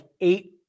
eight